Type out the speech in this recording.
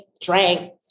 drank